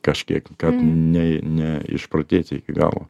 kažkiek kad ne neišprotėti iki galo